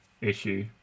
issue